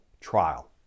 trial